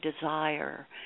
desire